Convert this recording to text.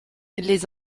les